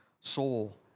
soul